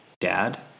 Dad